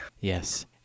Yes